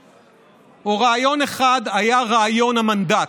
רעיון אחד היה רעיון המנדט,